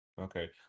Okay